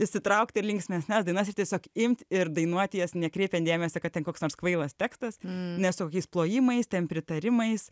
išsitraukt ir linksmesnes dainas tiesiog imt ir dainuot jas nekreipiant dėmesio kad ten koks nors kvailas tekstas nes tokiais plojimais ten pritarimais